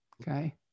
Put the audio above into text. Okay